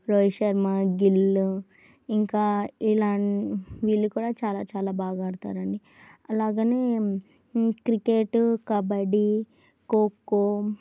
రోహిత్ శర్మ గిల్ ఇంకా ఇలా వీళ్ళు కూడా చాలా చాలా బాగా ఆడతారండి అలాగే క్రికెటు కబడ్డీ ఖోఖో